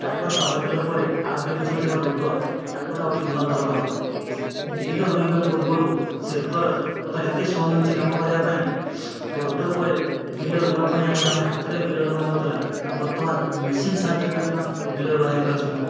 tractor power tiller ପରେ ଆଉ ଗୁଟେ ମେସିନ୍ ଅଛି ଆମର ରୁଟର୍ ଟ୍ରାକଟର୍ ର ଆଉ ଟିକେ ଉନ୍ନତ ଧରଣର ବିଲ ରୁଇବା ପୂର୍ବରୁ ସେ ରୁଟର୍ ବର୍ତ୍ତମାନ ଏତେ ସହଜ ହଉଛି ଯେ କାମ କରିବା ପାଇଁ ଏବଂ ରୁଟର୍ ପରେ ବିଲ ରୁଆ ପାଇଁ ଆଗରୁ ଆମେ ହାତରେ ବିଲ ରୁଆ ହଉଥିଲା କିନ୍ତୁ ବର୍ତ୍ତମାନ ମେସିନ୍ ସାହାଯ୍ୟରେ ବର୍ତ୍ତମାନ ବିଲ ରୁଆ ହେଇପାରୁଛି